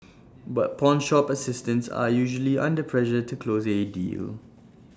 but pawnshop assistants are usually under pressure to close A deal